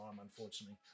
unfortunately